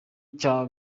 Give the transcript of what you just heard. cya